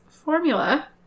Formula